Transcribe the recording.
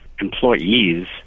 Employees